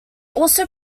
also